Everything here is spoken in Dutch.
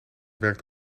werkt